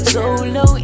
Solo